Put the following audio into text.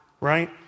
right